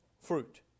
fruit